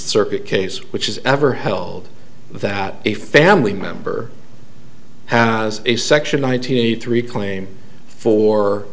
circuit case which has ever held that a family member has a section one hundred three claim for